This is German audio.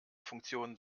funktion